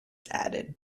added